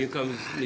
ואם כבר מזדעקים,